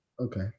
Okay